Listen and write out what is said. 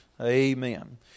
Amen